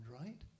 right